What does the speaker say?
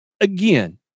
Again